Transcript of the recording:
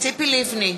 ציפי לבני,